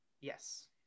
Yes